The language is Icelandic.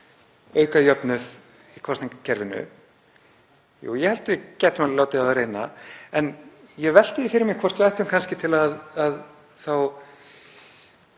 auka jöfnuð í kosningakerfinu? Jú, ég held við gætum alveg látið á það reyna en ég velti því fyrir mér hvort við ættum kannski, til að